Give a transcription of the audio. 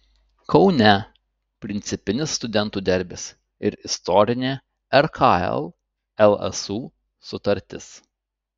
kaune principinis studentų derbis ir istorinė rkl lsu sutartis